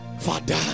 father